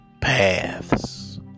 paths